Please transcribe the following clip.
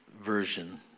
version